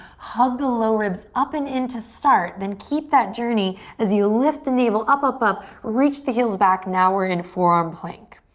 hug the low ribs up and into start, then keep that journey as you lift the navel, up, up, up. reach the heels back, now we're in forearm plank.